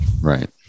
Right